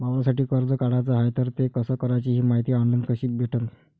वावरासाठी कर्ज काढाचं हाय तर ते कस कराच ही मायती ऑनलाईन कसी भेटन?